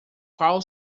qual